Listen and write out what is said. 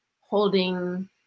holding